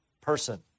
person